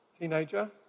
Teenager